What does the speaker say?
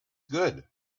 good